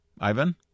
Ivan